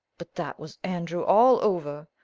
but that was andrew all over.